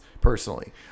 personally